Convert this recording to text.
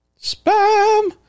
spam